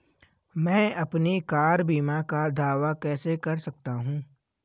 मैं अपनी कार बीमा का दावा कैसे कर सकता हूं?